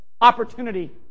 opportunity